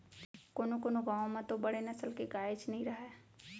कोनों कोनों गॉँव म तो बड़े नसल के गायेच नइ रहय